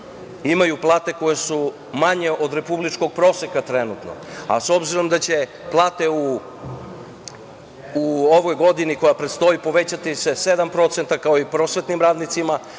imaju plate koje su manje od republičkog proseka trenutno, a s obzirom da će plate u ovoj godini koja predstoji povećati se 7%, kao i prosvetnim radnicima,